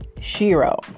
Shiro